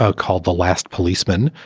ah called the last policeman,